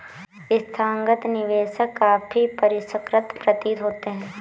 संस्थागत निवेशक काफी परिष्कृत प्रतीत होते हैं